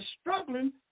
struggling